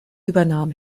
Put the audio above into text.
übernahm